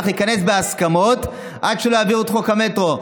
ייכנס בהסכמות עד שלא יעבירו את חוק המטרו.